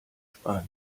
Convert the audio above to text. spanien